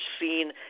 seen